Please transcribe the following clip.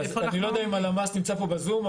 אני לא יודע אם הלמ"ס נמצא פה בזום,